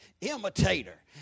Imitator